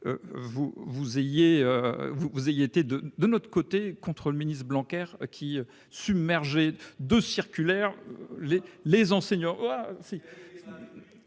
vous ayez été de notre côté contre le ministre Blanquer, qui submergeait les enseignants